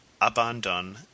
abandon